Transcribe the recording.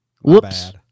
Whoops